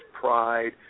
pride